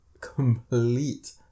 complete